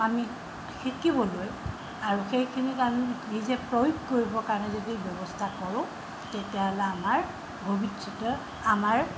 আমি শিকিবলৈ আৰু সেইখিনিক আমি নিজে প্ৰয়োগ কৰিবৰ কাৰণে যদি ব্যৱস্থা কৰোঁ তেতিয়াহ'লে আমাৰ ভৱিষ্যতে আমাৰ